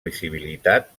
visibilitat